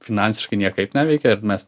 finansiškai niekaip neveikia ir mes